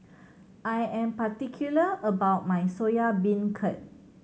I am particular about my Soya Beancurd